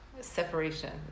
Separation